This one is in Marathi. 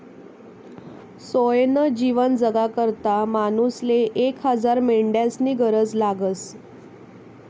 सोयनं जीवन जगाकरता मानूसले एक हजार मेंढ्यास्नी गरज लागस